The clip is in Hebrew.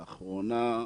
לאחרונה,